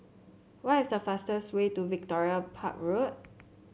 what is the fastest way to Victoria Park Road